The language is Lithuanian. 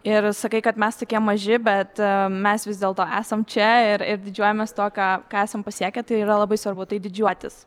ir sakai kad mes tokie maži bet mes vis dėlto esam čia ir ir didžiuojamės tuo ką ką esam pasiekę tai yra labai svarbu tai didžiuotis